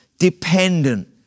dependent